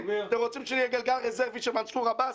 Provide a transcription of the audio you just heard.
אתם רוצים שנהיה גלגל רזרבי של מנסור עבאס?